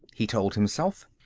he told himself.